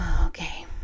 Okay